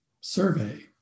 survey